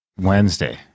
Wednesday